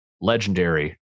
legendary